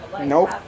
Nope